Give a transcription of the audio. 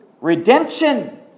Redemption